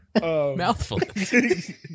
Mouthful